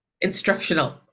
instructional